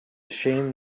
shame